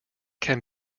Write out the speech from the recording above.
can